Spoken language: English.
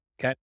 Okay